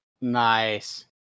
nice